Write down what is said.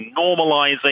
normalizing